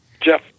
Jeff